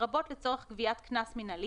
לרבות לצורך גביית קנס מינהלי,